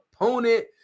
opponent